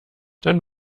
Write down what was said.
dann